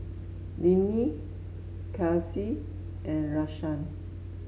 Linnie Kelsea and Rashaan